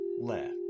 left